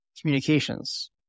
communications